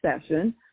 session